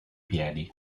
piedi